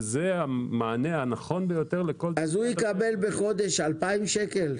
זה המענה הנכון ביותר --- אז הוא יקבל בחודש 2,000 ₪?